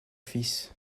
fils